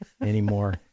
anymore